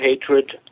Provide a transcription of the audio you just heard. hatred